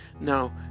now